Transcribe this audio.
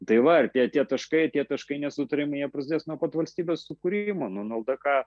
tai va ir tie taškai tie taškai nesutarimai prasidės nuo pat valstybės sukūrimo nuo ldk